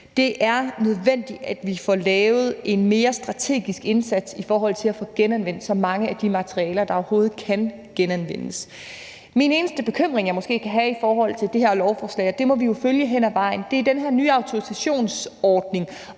Det er nødvendigt, at vi får lavet en mere strategisk indsats i forhold til at få genanvendt så mange af de materialer, der overhovedet kan genanvendes. Den eneste bekymring, jeg måske kan have, i forhold til det her lovforslag – og det må vi jo følge hen ad vejen – er den her nye autorisationsordning,